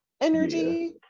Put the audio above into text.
energy